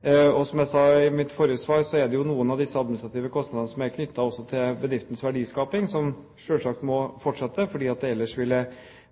ambisiøst. Som jeg sa i mitt forrige svar, er det noen av disse administrative kostnadene som er knyttet også til bedriftens verdiskaping, som selvsagt må fortsette, ellers vil det